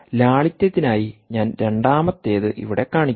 ലാളിത്യത്തിനായി ഞാൻ രണ്ടാമത്തേത് ഇവിടെ കാണിക്കും